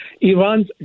Iran's